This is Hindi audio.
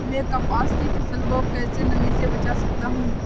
मैं कपास की फसल को कैसे नमी से बचा सकता हूँ?